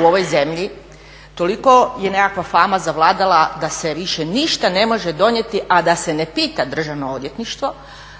u ovoj zemlji, toliko je nekakva fama zavladala da se više ništa ne može donijeti, a da se ne pita Državno odvjetništvo